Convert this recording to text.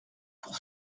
pour